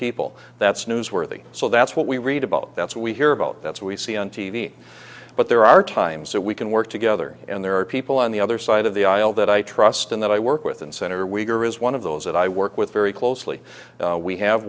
people that's newsworthy so that's what we read about that's what we hear about that's we see on t v but there are times that we can work together and there are people on the other side of the aisle that i trust and that i work with and senator wicker is one of those that i work with very closely we have